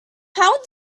how